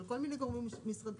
לא צריך לבוא לידי